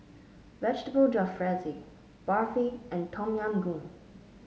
Vegetable Jalfrezi Barfi and Tom Yam Goong